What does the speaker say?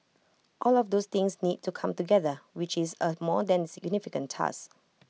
all of those things need to come together which is A more than significant task